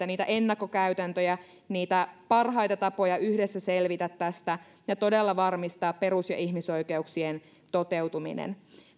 niitä ennakkokäytäntöjä niitä parhaita tapoja yhdessä selvitä tästä ja todella varmistaa perus ja ihmisoikeuksien toteutuminen